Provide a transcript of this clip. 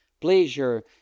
Pleasure